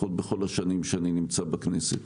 לפחות בכל השנים שאני נמצא בכנסת.